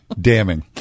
Damning